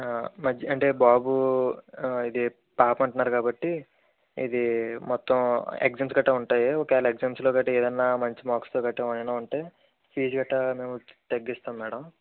ఆ అంటే బాబూ ఆ ఇది పాప అం టున్నారు కాబట్టి ఇది మొత్తం ఎగ్జామ్స్ గట్టా ఉంటాయి ఒకవేళ ఎగ్జామ్స్ లో గట్టా ఏదన్నా మంచి మార్క్స్ తో గట్టా ఏమైనా ఉంటే ఫీజు గట్టా మేము తగ్గిస్తాం మేడం